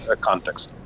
context